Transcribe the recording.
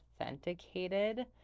authenticated